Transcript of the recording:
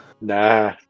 Nah